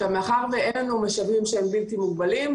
מאחר ואין לנו משאבים בלתי מוגבלים,